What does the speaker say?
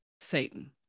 Satan